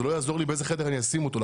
זה לא יעזור לי באיזה חדר אני אשים אותו.